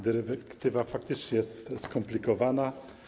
Dyrektywa faktycznie jest skomplikowana.